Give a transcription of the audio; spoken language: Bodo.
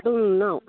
दं नोंनाव